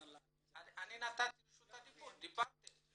אני נתתי לך את רשות הדיבור ודיברתם.